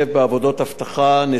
לאחר שחרורם מצה"ל.